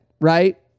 right